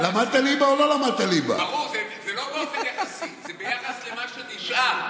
היה קשה מספיק במשא ומתן, רצית שיבקשו עוד?